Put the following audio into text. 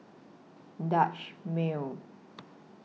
Dutch Mill